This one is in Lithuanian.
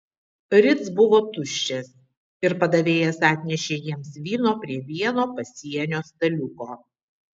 ritz buvo tuščias ir padavėjas atnešė jiems vyno prie vieno pasienio staliuko